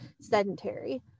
sedentary